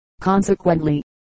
consequently